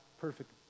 perfect